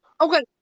Okay